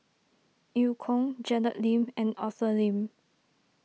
Eu Kong Janet Lim and Arthur Lim